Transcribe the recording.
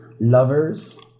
Lovers